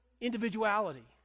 individuality